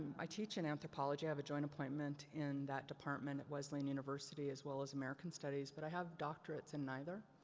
i teach in anthropology, i have a joint appointment in that department at wesleyan university as well as american studies. but i have doctorates in neither.